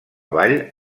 vall